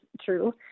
true